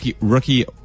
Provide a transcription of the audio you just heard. rookie